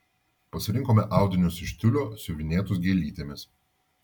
pasirinkome audinius iš tiulio siuvinėtus gėlytėmis